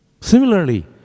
Similarly